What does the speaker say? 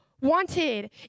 wanted